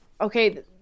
okay –